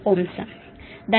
7 0